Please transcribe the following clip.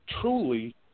truly